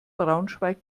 braunschweig